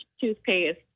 toothpaste